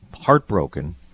heartbroken